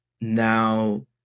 now